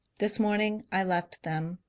this morning i left them.